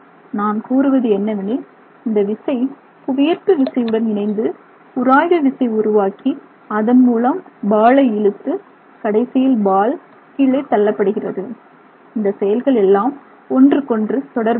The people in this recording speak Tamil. நான் கூறுவது என்னவெனில் இந்த விசை புவியீர்ப்பு விசையுடன் இணைந்து உராய்வு விசை உருவாக்கி அதன்மூலம் பாலை இழுத்து கடைசியில் பால் கீழே தள்ளப்படுகிறது இந்த செயல்கள் எல்லாம் ஒன்றுக்கொன்று தொடர்புடையவை